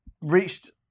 reached